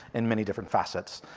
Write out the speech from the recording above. in many different facets.